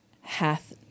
hath